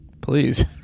please